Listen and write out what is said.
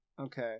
Okay